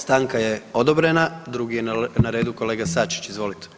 Stanka je odobrena, drugi je na redu kolega Sačić, izvolite.